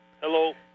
Hello